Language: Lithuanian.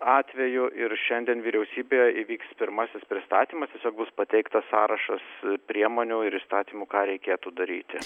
atveju ir šiandien vyriausybėje įvyks pirmasis pristatymas tiesiog bus pateiktas sąrašas priemonių ir įstatymų ką reikėtų daryti